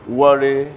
worry